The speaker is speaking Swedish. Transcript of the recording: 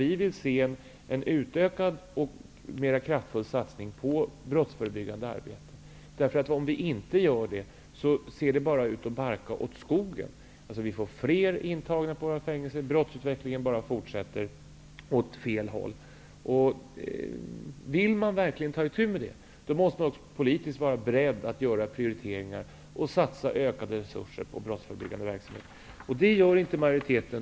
Vi vill se en mer utökad och kraftfull satsning på det brottsförebyggande arbetet. Om det inte sker, ser det hela ut att barka åt skogen. Det blir fler intagna på fängelserna, och brottsutvecklingen fortsätter åt fel håll. Om man verkligen vill ta itu med dessa frågor, måste man politiskt vara beredd att göra prioriteringar och satsa ökade resurser på brottsförebyggande verksamhet. Detta gör inte majoriteten.